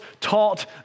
taught